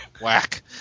Whack